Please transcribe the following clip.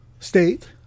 state